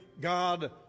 God